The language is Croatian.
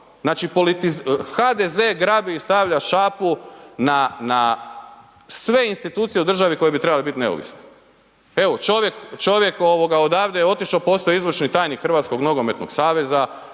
Znači HDZ grabi i stavlja šapu na sve institucije u državi koje bi trebale biti neovisne. Evo čovjek odavde je otišao, postao je izvršni tajnik Hrvatskog nogometnog saveza,